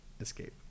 escape